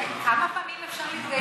כמה פעמים אפשר להתגייס?